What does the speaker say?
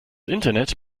internet